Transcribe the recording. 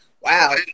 Wow